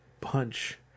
punch